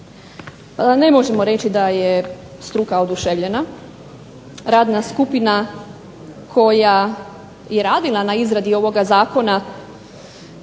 ne možemo reći da je struka oduševljena, radna skupina koja je radila na izradi ovoga zakona